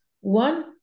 One